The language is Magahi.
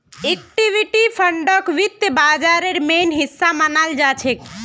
इक्विटी फंडक वित्त बाजारेर मेन हिस्सा मनाल जाछेक